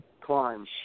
climb